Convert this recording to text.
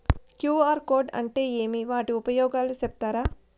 QR code అంటే ఏమి వాటి ఉపయోగాలు సెప్తారా?